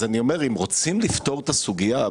אם רוצים לפתור את הסוגיה,